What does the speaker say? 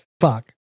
fuck